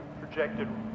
projected